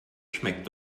schmeckt